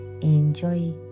enjoy